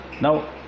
Now